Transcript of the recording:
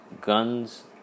guns